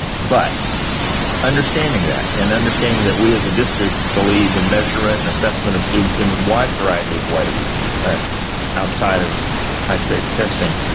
but understanding that and understanding that we as a district believe in measurement, and assessment of students in a wide variety of ways outside of high stakes testing,